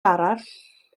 arall